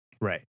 Right